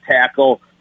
tackle